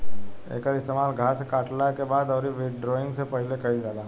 एकर इस्तेमाल घास के काटला के बाद अउरी विंड्रोइंग से पहिले कईल जाला